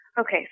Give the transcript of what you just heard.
Okay